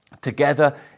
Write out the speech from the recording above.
together